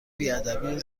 بیادبی